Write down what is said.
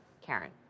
Karen